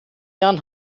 jahren